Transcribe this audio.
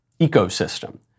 ecosystem